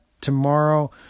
tomorrow